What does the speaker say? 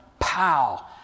Pow